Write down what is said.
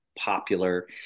popular